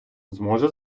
зможе